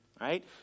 right